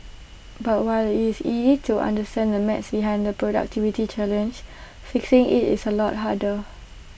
but while IT is easy to understand the maths behind the productivity challenge fixing IT is A lot harder